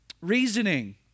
reasoning